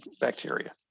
bacteria